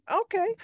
okay